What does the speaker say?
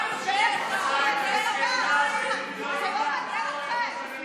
שתי האוזניים, זה לא מעניין אתכם?